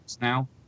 now